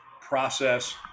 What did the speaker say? process